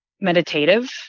meditative